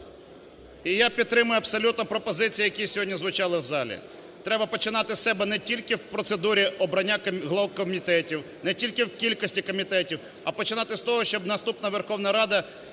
І я підтримую абсолютно пропозиції, які сьогодні звучали в залі, треба починати з себе не тільки в процедурі обрання голів комітетів, не тільки в кількості комітетів, а починати з того, щоб наступна Верховна Рада